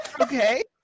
Okay